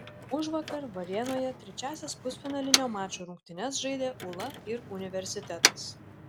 užvakar varėnoje trečiąsias pusfinalinio mačo rungtynes žaidė ūla ir universitetas